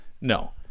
No